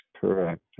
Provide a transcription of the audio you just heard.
correct